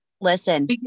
Listen